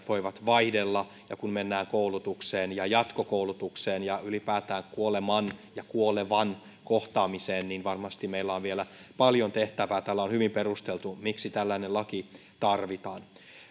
voivat vaihdella ja kun mennään koulutukseen ja jatkokoulutukseen ja ylipäätään kuoleman ja kuolevan kohtaamiseen niin varmasti meillä on vielä paljon tehtävää täällä on hyvin perusteltu miksi tällainen laki tarvitaan